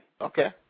Okay